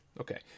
Okay